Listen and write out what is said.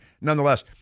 nonetheless